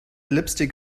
lipstick